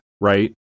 right